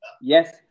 yes